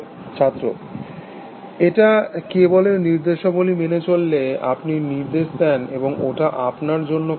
ছাত্র এটা কেবল এর নির্দেশাবলী মেনে চলে আপনি নির্দেশ দেন এবং ওটা আপনার জন্য কাজ করে